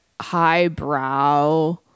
highbrow